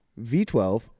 V12